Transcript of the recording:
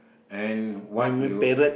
and what you